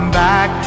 back